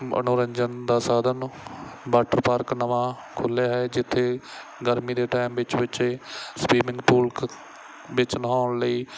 ਮਨੋਰੰਜਨ ਦਾ ਸਾਧਨ ਵਾਟਰ ਪਾਰਕ ਨਵਾਂ ਖੁਲ੍ਹਿਆ ਹੈ ਜਿੱਥੇ ਗਰਮੀ ਦੇ ਟਾਈਮ ਵਿੱਚ ਬੱਚੇ ਸਵਿਮਿੰਗ ਪੂਲ ਖ ਵਿੱਚ ਨਹਾਉਣ ਲਈ